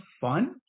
fun